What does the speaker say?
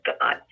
God